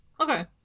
Okay